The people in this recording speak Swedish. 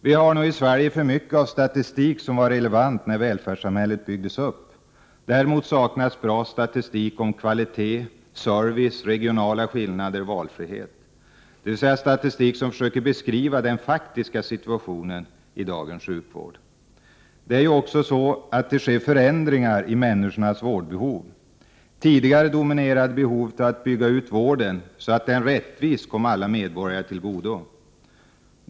Vi har nog i Sverige för mycket av statistik som var relevant när välfärdssamhället byggdes upp. Däremot saknas bra statistik om kvalitet, service, regionala skillnader och valfrihet, dvs. statistik som försöker beskriva den faktiska situationen i dagens sjukvård. Det sker förändringar i människornas vårdbehov. Tidigare dominerade behovet att bygga ut vården så att den rättvist kom alla medborgare till godo.